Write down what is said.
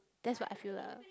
that's what I feel lah